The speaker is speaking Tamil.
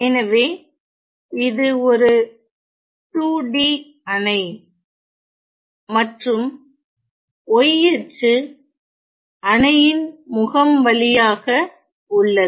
எனவே இது ஒரு 2 D அணை மற்றும் y அச்சு அணையின் முகம் வழியாக உள்ளது